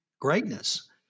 greatness